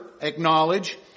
acknowledge